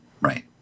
Right